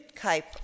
type